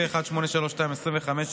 פ/1832/25,